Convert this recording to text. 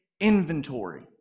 inventory